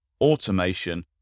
automation